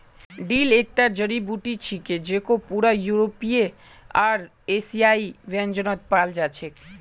dill एकता जड़ी बूटी छिके जेको पूरा यूरोपीय आर एशियाई व्यंजनत पाल जा छेक